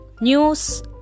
News